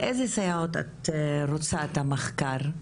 על אילו סייעות את רוצה שנעשה את המחקר?"